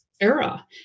Era